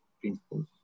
principles